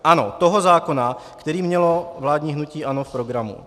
Ano, toho zákona, který mělo vládní hnutí ANO v programu.